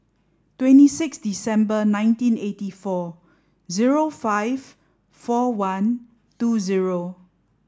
twenty six December nineteen eighty four zero five four one two zero